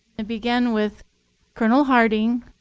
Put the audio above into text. and begin with colonel harting.